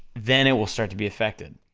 then it will start to be effected.